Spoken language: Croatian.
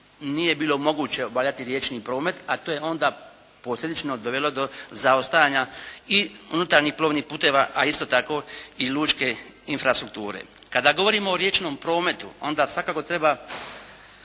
nije bilo moguće obavljati riječni promet, a to je onda posljedično dovelo do zaostajanja i unutarnjih plovnih putova a isto tako i lučke infrastrukture. Kada govorimo o riječnom prometu, onda svakako treba